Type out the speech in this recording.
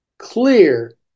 clear